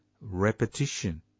Repetition